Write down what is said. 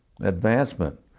advancement